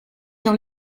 dans